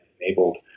enabled